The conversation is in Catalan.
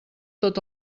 tot